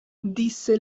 disse